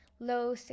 low